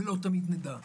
ולא תמיד נדע.